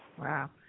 Wow